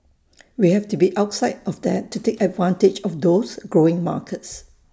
we have to be outside of that to take advantage of those growing markets